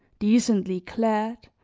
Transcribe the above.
decently clad,